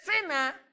sinner